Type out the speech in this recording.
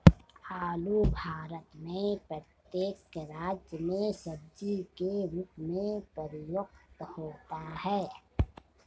आलू भारत में प्रत्येक राज्य में सब्जी के रूप में प्रयुक्त होता है